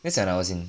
cause I was in